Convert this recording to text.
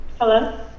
Hello